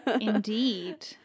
Indeed